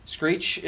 Screech